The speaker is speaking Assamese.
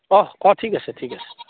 অঁ অঁ ঠিক আছে ঠিক আছে